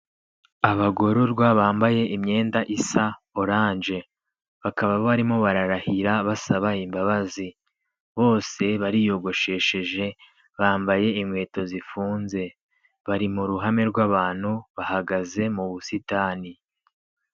Abagororwa bambaye imyenda isa oranje, bakaba barimo bararahira basaba imbabazi. Bose bariyogoshesheje, bambaye inkweto zifunze. Bari mu ruhame rw'abantu bahagaze mu busitani.